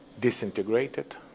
disintegrated